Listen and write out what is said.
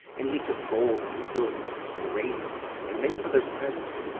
and he took gold, and silver, and raiment, and many other presents,